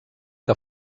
que